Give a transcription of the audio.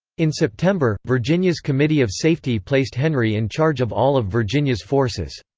in september, virginia's committee of safety placed henry in charge of all of virginia's forces.